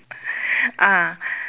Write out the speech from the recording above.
ah